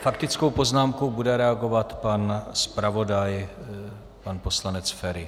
Faktickou poznámkou bude reagovat pan zpravodaj, pan poslanec Feri.